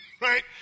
right